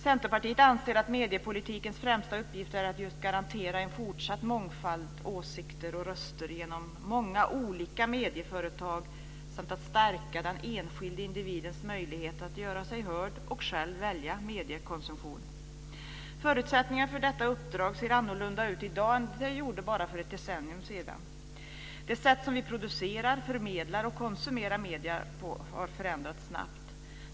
Centerpartiet anser att mediepolitikens främsta uppgift är att garantera en fortsatt mångfald åsikter och röster genom många olika medieföretag samt att stärka den enskilde individens möjligheter att göra sig hörd och själv välja mediekonsumtion. Förutsättningarna för detta uppdrag ser annorlunda ut i dag än för bara ett decennium sedan. Det sätt som vi producerar, förmedlar och konsumerar medier på förändras snabbt.